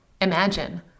Imagine